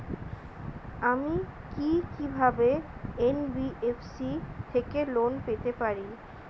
আমি কি কিভাবে এন.বি.এফ.সি থেকে লোন পেতে পারি?